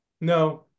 No